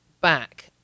back